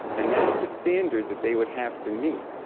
and that's the standard that they would have to meet,